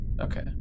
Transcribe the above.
Okay